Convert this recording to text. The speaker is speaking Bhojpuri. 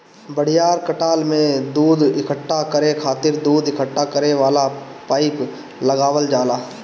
बड़ियार खटाल में दूध इकट्ठा करे खातिर दूध इकट्ठा करे वाला पाइप लगावल जाला